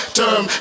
term